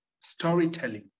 storytelling